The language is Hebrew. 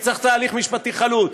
כי צריך תהליך משפטי חלוט.